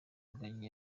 rugagi